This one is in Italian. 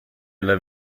alla